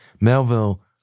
Melville